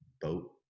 boat